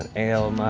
and ale,